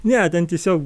ne ten tiesiog